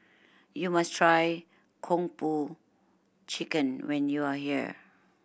you must try Kung Po Chicken when you are here